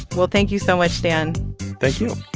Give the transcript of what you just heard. well, thank you so much, dan thank you